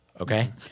Okay